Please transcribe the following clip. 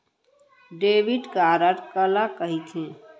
Debit card काला कहिथे?